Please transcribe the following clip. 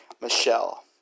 Michelle